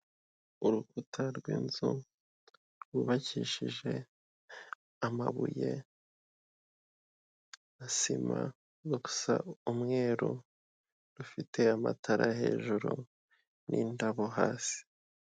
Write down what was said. Urukuta rw'inzu rwubakishije amabuye na sima rurimo gusa umweru rufite amatara hejuru n'indabo hasi.